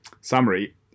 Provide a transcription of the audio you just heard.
summary